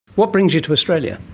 what brings you to australia?